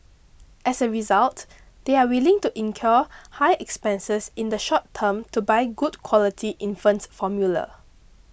as a result they are willing to incur high expenses in the short term to buy good quality infant formula